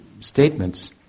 statements